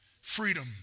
freedom